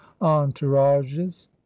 entourages